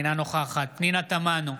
אינה נוכחת פנינה תמנו,